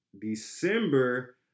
December